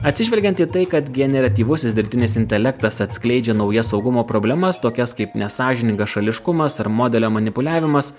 atsižvelgiant į tai kad generatyvusis dirbtinis intelektas atskleidžia naujas saugumo problemas tokias kaip nesąžiningas šališkumas ar modelio manipuliavimas